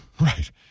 right